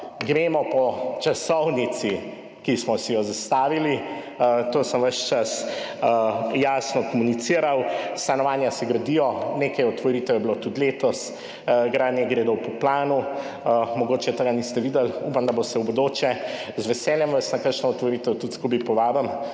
gremo po časovnici, ki smo si jo zastavili. To sem ves čas jasno komuniciral. Stanovanja se gradijo, nekaj otvoritev je bilo tudi letos. Gradnje gredo po planu. Mogoče tega niste videli, upam, da boste v bodoče. Z veseljem vas povabim tudi na kakšno